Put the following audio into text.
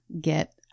Get